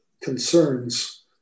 concerns